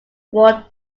wall